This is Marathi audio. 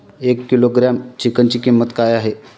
एक किलोग्रॅम चिकनची किंमत काय आहे?